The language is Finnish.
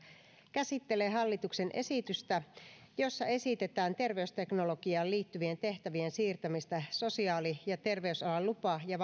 käsittelee hallituksen esitystä jossa esitetään terveysteknologiaan liittyvien tehtävien siirtämistä sosiaali ja terveysalan lupa ja